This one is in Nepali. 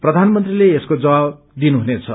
प्रधानमन्त्रीले यसको जवाब दिनुहुनेछ